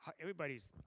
Everybody's